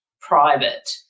private